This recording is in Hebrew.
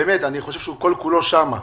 באמת, אני חושב שהוא כל כולו שם.